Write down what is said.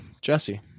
Jesse